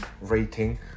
rating